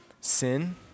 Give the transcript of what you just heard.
sin